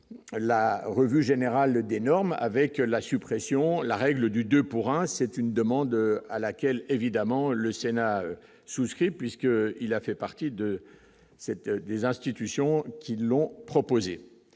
la revue générale des normes avec la suppression de la règle du 2 pour 1 c'est une demande à laquelle évidemment le Sénat souscrit puisque il a fait partie de cette des institutions qui l'ont proposé